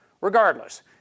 Regardless